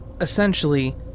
essentially